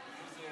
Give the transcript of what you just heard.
חבר הכנסת